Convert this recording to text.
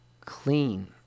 clean